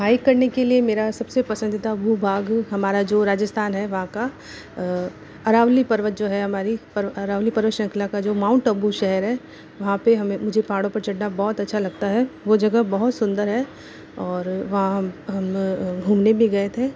hike करने के लिए मेरा सबसे पसंदीदा भू भाग हमारा जो राजस्थान हैं वहाँ का अरावली पर्वत जो हैं हमारी अरावली श्रंखला का तो माउंट आबू शहर हैं वहाँ पर मुझे पहाड़ों पर चढ़ना बहुत अच्छा लगता हैं वह जगह बहुत सुन्दर हैं और वहाँ हम घूमने भी गए थे